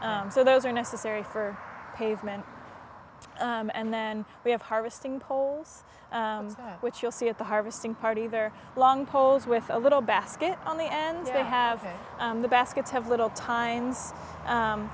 so those are necessary for pavement and then we have harvesting poles which you'll see at the harvesting part either long poles with a little basket on the end they have the baskets have little time